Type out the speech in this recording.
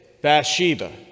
Bathsheba